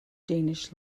danish